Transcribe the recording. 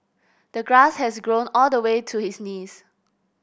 the grass had grown all the way to his knees